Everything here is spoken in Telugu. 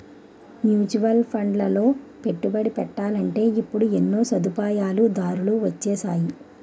మ్యూచువల్ ఫండ్లలో పెట్టుబడి పెట్టాలంటే ఇప్పుడు ఎన్నో సదుపాయాలు దారులు వొచ్చేసాయి